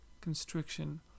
constriction